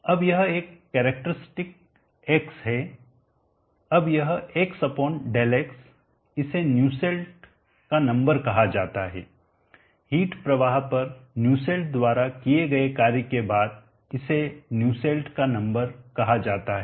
अब यह एक कैरेक्टरिस्टिक X है अब यह XΔx इसे न्यूसेल्ट का नंबर कहा जाता हैहिट प्रवाह पर न्यूसेल्ट द्वारा किए गए कार्य के बाद इसे न्यूसेल्ट का नंबर कहा जाता है